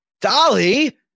Dolly